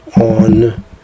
on